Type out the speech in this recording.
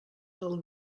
del